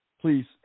Please